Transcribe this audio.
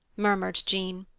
murmured jean.